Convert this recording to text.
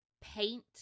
paint